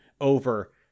over